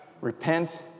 Repent